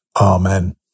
Amen